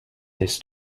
this